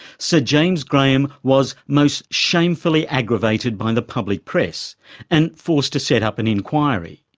sir james graham was most shamefully aggravated by the public press and forced to set up an inquiry.